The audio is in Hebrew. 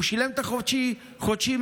הוא שילם את החודשי מראש,